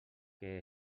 que